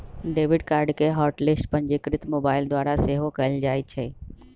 debit card के hot list पंजीकृत mobile द्वारा सेहो कएल जाइ छै